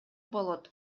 болот